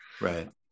Right